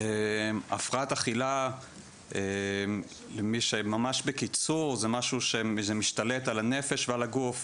הפרעת אכילה ממש בקיצור זה משהו שמשתלט על הנפש ועל הגוף,